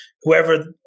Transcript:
whoever